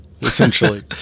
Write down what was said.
essentially